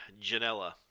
Janella